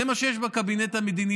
זה מה שיש בקבינט המדיני-ביטחוני,